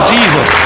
Jesus